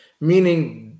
meaning